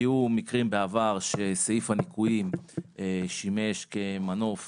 היו בעבר מקרים שסעיף הניכויים שימש כמנוף